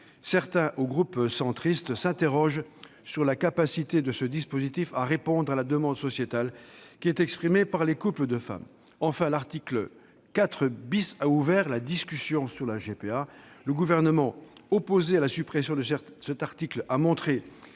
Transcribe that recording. certains au groupe Union Centriste s'interrogent sur la capacité de ce dispositif à répondre à la demande sociétale qui est exprimée par les couples de femmes. Enfin, l'article 4 a ouvert la discussion sur la GPA. Le Gouvernement, opposé à la suppression de cet article, a montré